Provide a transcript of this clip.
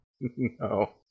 No